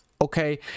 Okay